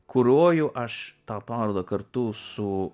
kuruoju aš tą parodą kartu su